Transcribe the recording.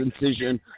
incision